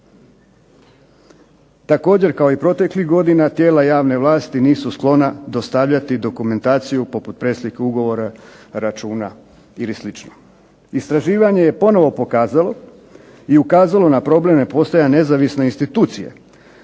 Također kao i proteklih godina tijela javne vlasti nisu sklona dostavljati dokumentaciju poput preslike ugovora, računa ili sl. Istraživanje je ponovno pokazalo i ukazalo na problem nepostojanja nezavisne institucije